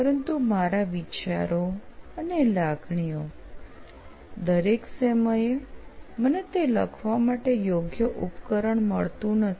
પરંતુ મારા વિચારો અને લાગણીઓ દરેક સમયે મને તે લખવા માટે યોગ્ય ઉપકરણ મળતું નથી